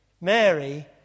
Mary